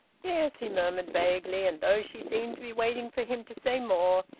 yes, he murmured vaguely and though she seemed to be waiting for him to say more,